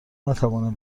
نتوانم